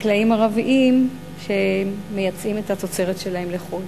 חקלאים ערבים שמייצאים את התוצרת שלהם לחו"ל.